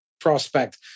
prospect